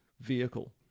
vehicle